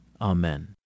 Amen